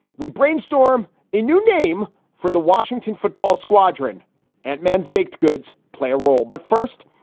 we brainstorm a new name for the washington football squadron and man's baked goods play a role. but first,